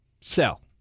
Sell